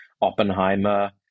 Oppenheimer